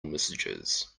messages